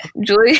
Julie